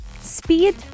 speed